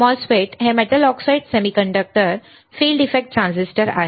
MOSFET हे metal oxide semiconductor field effect transistor आहेत